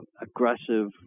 aggressive